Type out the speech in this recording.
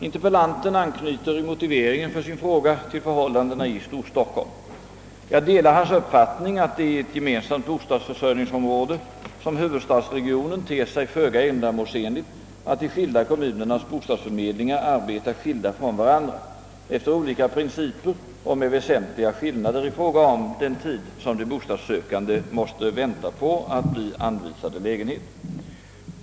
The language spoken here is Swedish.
Interpellanten anknyter i motiveringen för sin fråga till förhållandena i Storstockholm, Jag delar hans uppfattning att det i ett gemensamt bostadsförsörjningsområde som huvudstadsregionen ter sig föga ändamålsenligt att de skilda kommunernas bostadsförmedlingar arbetar skilda från varandra, efter olika principer och med väsentliga skillnader i fråga om den tid som de bostadssökande måste vänta på att bli anvisade lägenhet.